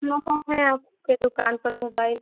है आपके दुकान पर मोबाइल